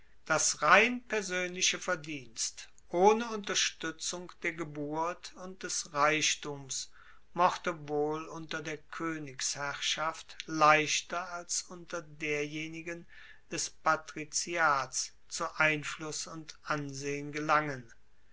das rein persoenliche verdienst ohne unterstuetzung der geburt und des reichtums mochte wohl unter der koenigsherrschaft leichter als unter derjenigen des patriziats zu einfluss und ansehen gelangen